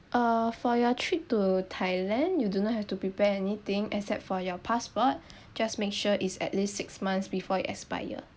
uh for your trip to thailand you do not have to prepare anything except for your passport just make sure it's at least six months before it expired